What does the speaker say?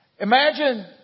Imagine